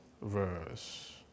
verse